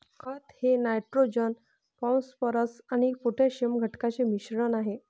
खत हे nitrogen phosphorus आणि पोटॅशियम घटकांचे मिश्रण आहे